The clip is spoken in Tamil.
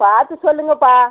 பார்த்து சொல்லுங்கள்ப்பா